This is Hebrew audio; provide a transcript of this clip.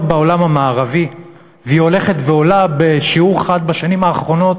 בעולם המערבי והיא הולכת וגדלה בשיעור חד בשנים האחרונות